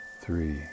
three